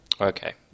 Okay